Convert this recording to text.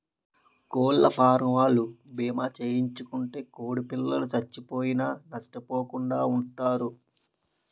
కోళ్లఫారవోలు భీమా చేయించుకుంటే కోడిపిల్లలు సచ్చిపోయినా నష్టపోకుండా వుంటారు